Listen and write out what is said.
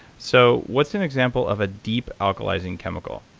so, what's an example of a deep alkalizing chemical